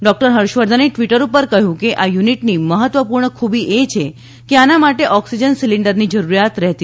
doctor ફર્ષવર્ધને Twitter પર કહયું છે કે આ યુનીટની મહત્વપુર્ણ ખુબી એ છે કે આના માટે ઓકસીજન સીલીન્ડરની જરૂરીયાત નથી પડતી